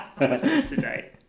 today